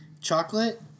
Chocolate